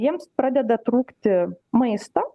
jiems pradeda trūkti maisto